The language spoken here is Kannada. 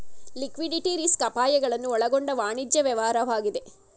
ಲಿಕ್ವಿಡಿಟಿ ರಿಸ್ಕ್ ಅಪಾಯಗಳನ್ನು ಒಳಗೊಂಡ ವಾಣಿಜ್ಯ ವ್ಯವಹಾರವಾಗಿದೆ